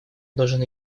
должен